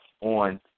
on